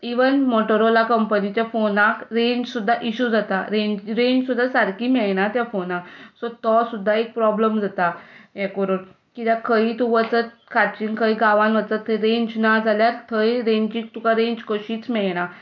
even Motorola कंपनीच्या फोनाक range सुद्दां इश्यू जाता रेंज सु्द्दां सारकी मेळना त्या फोनाक सो तो सुद्दां एक प्रोबल्म जाता हे करून कित्याक खंय तूं वचत खंय गांवांत वचत थंय रेंज ना जाल्यार थंय तुका रेंज कशीच मेळना